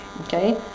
okay